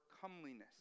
comeliness